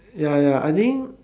ya ya I think